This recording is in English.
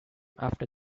after